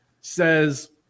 says